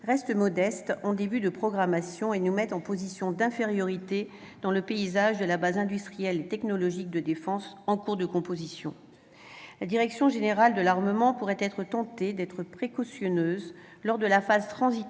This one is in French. reste modeste en début de programmation et nous mette en position d'infériorité dans le paysage de la Base industrielle et technologique de défense en cours de composition. La Direction générale de l'armement pourrait être tentée d'être précautionneuse lors de la phase transitoire